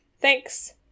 Thanks